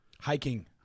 Hiking